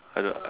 I don't